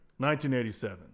1987